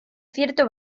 cierto